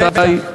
בטח.